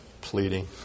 pleading